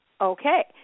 okay